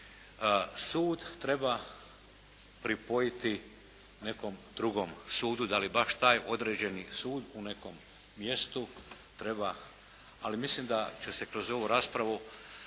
sud treba pripojiti nekom drugom sudu. Da li baš taj određeni sud u nekom mjestu treba, ali mislim da će se kroz ovu raspravu